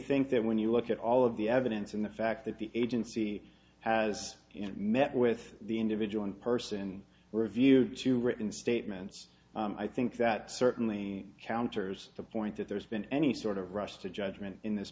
think that when you look at all of the evidence and the fact that the agency has met with the individual in person review to written statements i think that certainly counters the point that there's been any sort of rush to judgment in this